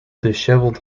dishevelled